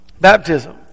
baptism